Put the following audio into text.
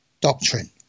doctrine